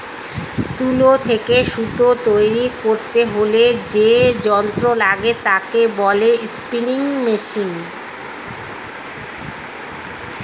তুলো থেকে সুতো তৈরী করতে হলে যে যন্ত্র লাগে তাকে বলে স্পিনিং মেশিন